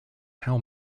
how